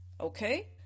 okay